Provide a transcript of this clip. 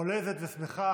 עולזת ושמחה,